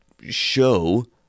show